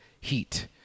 heat